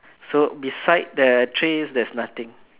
so beside the trays there's nothing